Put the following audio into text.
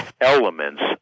elements